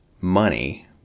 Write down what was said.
money